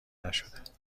نشد